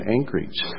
Anchorage